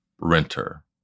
renter